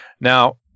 Now